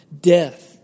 Death